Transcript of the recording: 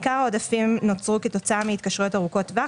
עיקר העודפים נוצרו כתוצאה מהתקשרויות ארוכות טווח